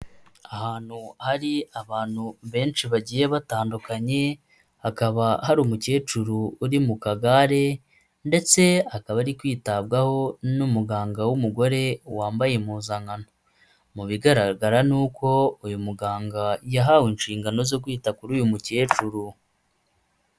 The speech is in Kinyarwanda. Ahantu hari abantu benshi bagiye batandukanye hakaba hari umukecuru uri mu kagare, ndetse akaba ari kwitabwaho n'umuganga w'umugore wambaye impuzankano, mu bigaragara nuko uyu muganga yahawe inshingano zo kwita kuri uyu mukecuru.